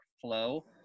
flow